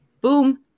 Boom